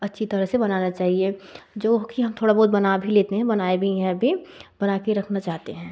अच्छी तरह से बनाना चाहिए जो कि हम थोड़ा बहुत बना भी लेते हैं बनाएँ भी हैं अभी बनाकर रखना चाहते हैं